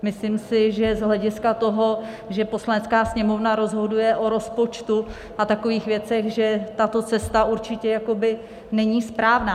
Myslím si, že z hlediska toho, že Poslanecká sněmovna rozhoduje o rozpočtu a takových věcech, že tato cesta určitě není správná.